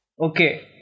Okay